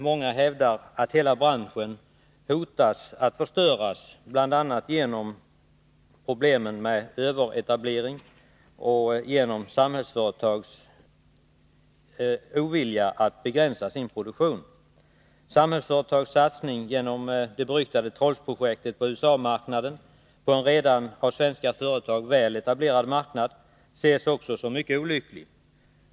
Många hävdar att hela branschen hotar att förstöras, bl.a. genom problemen med överetablering och genom Samhällsföretags ovilja att begränsa sin produktion. Samhällsföretags satsning genom det beryktade Trollsprojektet på USA marknaden, på en av svenska företag redan väletablerad marknad, ses också som mycket olycklig.